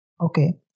Okay